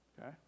okay